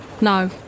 No